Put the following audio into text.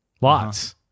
lots